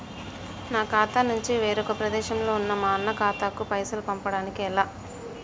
నా ఖాతా నుంచి వేరొక ప్రదేశంలో ఉన్న మా అన్న ఖాతాకు పైసలు పంపడానికి ఎలా?